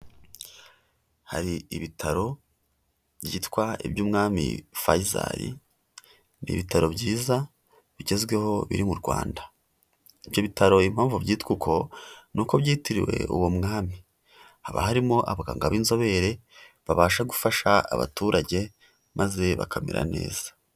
Hari ibitaro byitwa iby'Umwami Faisal, ibitaro byiza bigezweho biri mu Rwanda, ibyo bitaro impamvu byitwa uko ni uko byitiriwe uwo mwami, haba harimo abaganga b'inzobere babasha gufasha abaturage maze bakamera neza.